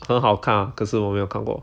很好看可是我没有看过